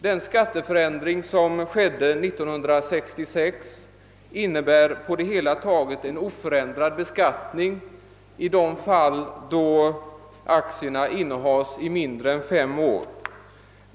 Den skatteförändring som skedde 1966 innebär på det hela taget en oförändrad beskattning i de fall då aktierna innehas i mindre än fem år.